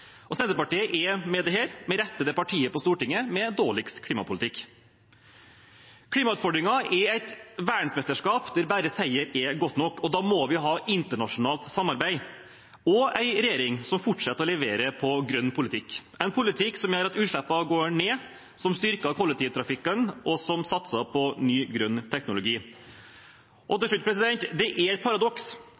Senterpartiet er med dette – med rette – det partiet på Stortinget med dårligst klimapolitikk. Klimautfordringen er et verdensmesterskap der bare seier er godt nok, og da må vi ha internasjonalt samarbeid og en regjering som fortsetter å levere når det gjelder grønn politikk – en politikk som gjør at utslippene går ned, som styrker kollektivtrafikken og som satser på ny, grønn teknologi. Til slutt: Det er et paradoks